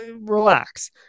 Relax